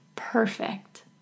perfect